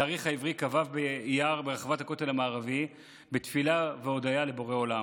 בתאריך העברי כ"ו באייר ברחבת הכותל המערבי בתפילה והודיה לבורא עולם.